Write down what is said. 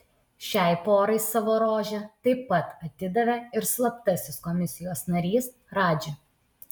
šiai porai savo rožę taip pat atidavė ir slaptasis komisijos narys radži